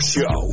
Show